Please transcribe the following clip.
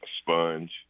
sponge